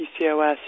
PCOS